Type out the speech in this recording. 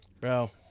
Bro